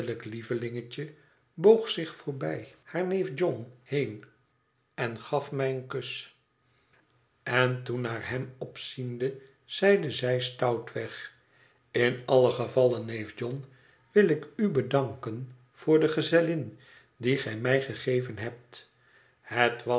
lievelingetje boog zich voorbij haar neef john heen en gaf mij een kus en toen naar hem opziende zeide zij stoutweg in allen gevalle neef john wil ik u bedanken voor de gezellin die gij mij gegeven hebt